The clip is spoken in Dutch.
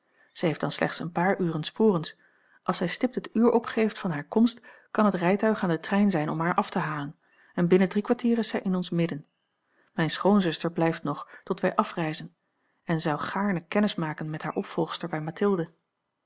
zij heeft dan slechts een paar uren sporens als zij stipt het uur opgeeft van hare komst kan het rijtuig aan den trein zijn om haar af te halen en binnen drie kwartier is zij in ons midden mijne schoonzuster blijft nog tot wij af reizen en zon gaarne kennis maken met hare opvolgster bij mathilde